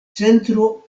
centro